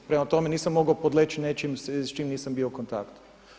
Prema tome, nisam mogao podleći nečem s čim nisam bio u kontaktu.